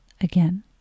again